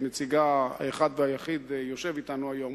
שנציגה האחד והיחיד יושב עמנו היום,